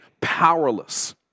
powerless